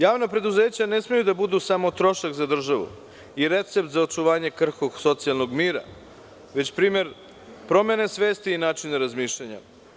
Javna preduzeća ne smeju da budu samo trošak za državu i recept za očuvanje krhkog socijalnog mira, već primer promene svesti i načina razmišljanja.